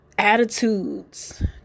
Attitudes